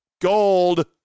Gold